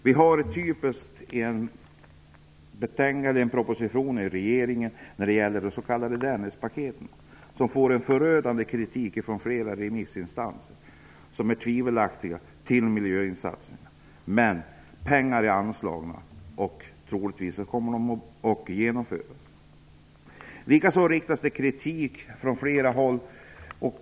Vi har typfallet i regeringens proposition när det gäller Dennispaketet. Det riktas förödande kritik från flera remissinstanser som ställer sig tvivlande till miljöinsatserna. Men pengar har anslagits. Troligen kommer projekten att genomföras. Likaså riktas det kritik från flera andra håll.